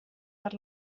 per